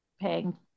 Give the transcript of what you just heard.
paying